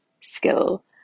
skill